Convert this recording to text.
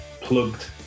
plugged